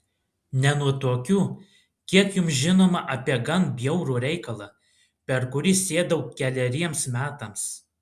nenutuokiu kiek jums žinoma apie gan bjaurų reikalą per kurį sėdau keleriems metams